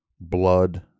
Blood